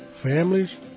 Families